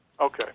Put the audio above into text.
Okay